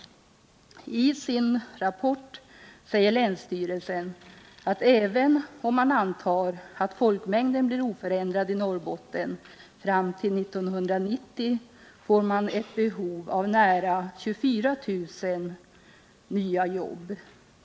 I sin rapport säger länsstyrelsen, att även om man antar att folkmängden blir oförändrad i Norrbotten fram till 1990, får man ett behov av nära 24 000 nyajobb.